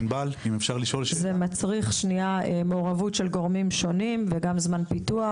זה מצריך מעורבות של גורמים שונים וגם זמן פיתוח,